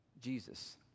Jesus